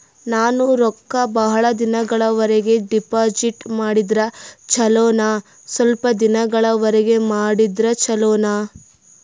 ನಾನು ರೊಕ್ಕ ಬಹಳ ದಿನಗಳವರೆಗೆ ಡಿಪಾಜಿಟ್ ಮಾಡಿದ್ರ ಚೊಲೋನ ಸ್ವಲ್ಪ ದಿನಗಳವರೆಗೆ ಮಾಡಿದ್ರಾ ಚೊಲೋನ?